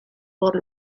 por